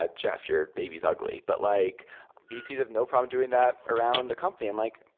ah jeff, your baby is ugly. but like vcs have no problem doing that around a company and like,